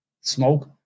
smoke